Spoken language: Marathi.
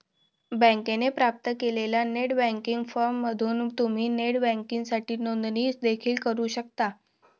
बँकेने प्राप्त केलेला नेट बँकिंग फॉर्म भरून तुम्ही नेट बँकिंगसाठी नोंदणी देखील करू शकता